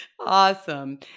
Awesome